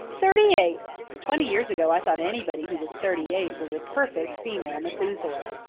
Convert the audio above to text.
thirty-eight! twenty years ago i thought anybody who was thirty-eight was a perfect female methuselah.